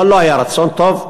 אבל לא היה רצון טוב,